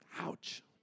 Ouch